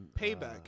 payback